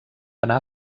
anar